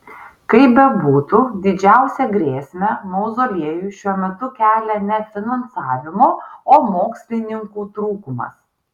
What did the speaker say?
kaip bebūtų didžiausią grėsmę mauzoliejui šiuo metu kelia ne finansavimo o mokslininkų trūkumas